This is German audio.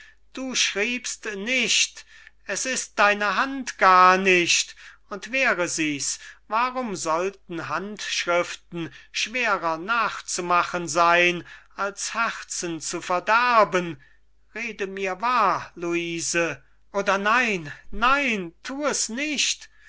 du schriebst nicht es ist deine hand gar nicht und wäre sie's warum sollten handschriften schwerer nachzumachen sein als herzen zu verderben rede mir wahr luise oder nein nein thu es nicht